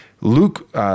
Luke